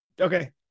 okay